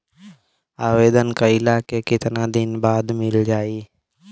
आवेदन कइला के कितना दिन बाद मिल जाई?